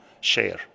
share